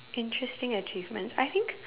interesting achievement I think